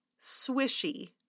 swishy